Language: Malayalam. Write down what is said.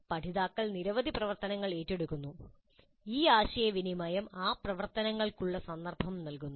പഠിതാക്കൾ നിരവധി പ്രവർത്തനങ്ങൾ ഏറ്റെടുക്കുന്നു ഈ ആശയവിനിമയം ആ പ്രവർത്തനങ്ങൾക്കുള്ള സന്ദർഭം നൽകുന്നു